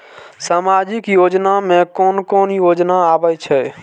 सामाजिक योजना में कोन कोन योजना आबै छै?